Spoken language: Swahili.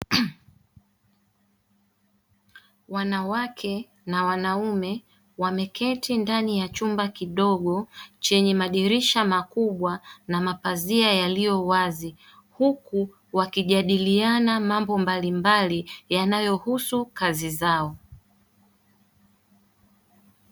Wanawake na wanaume wameketi ndani ya chumba kidogo chenye madirisha makubwa na mapazia yaliyowazi huku wakijadiliana mambo mbalimbali yanayohusu kazi zao.